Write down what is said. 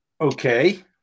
Okay